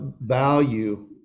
value